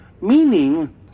Meaning